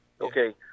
Okay